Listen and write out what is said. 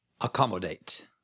Accommodate